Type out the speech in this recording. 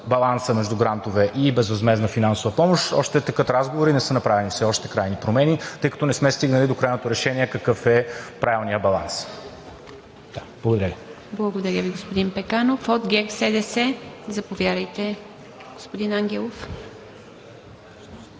баланса между грантове и безвъзмездна финансова помощ. Още текат разговори, не са направени все още крайни промени, тъй като не сме стигнали до крайното решение какъв е правилният баланс. Благодаря Ви. ПРЕДСЕДАТЕЛ ИВА МИТЕВА: Благодаря Ви, господин Пеканов.